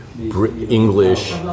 English